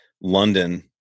London